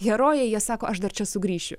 herojai jie sako aš dar čia sugrįšiu